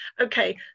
Okay